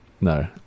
no